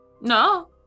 No